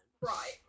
Right